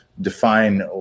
define